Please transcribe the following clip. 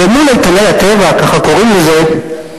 ומול איתני הטבע, כך קוראים לזה,